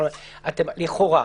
לכאורה.